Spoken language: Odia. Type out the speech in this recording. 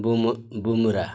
ବୁମ୍ ବୁମୁରା